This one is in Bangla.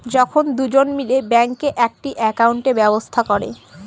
যখন দুজন মিলে ব্যাঙ্কে একটি একাউন্টের ব্যবস্থা করে